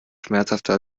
schmerzhafter